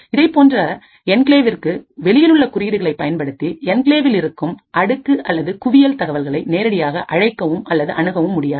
இதைப்போன்ற என்கிளேவிற்கு வெளியிலுள்ள குறியீடுகளை பயன்படுத்தி என்கிளேவில் இருக்கும் அடுக்கு அல்லது குவியல் தகவல்களை நேரடியாக அழைக்கவும் அல்லது அணுகவும் முடியாது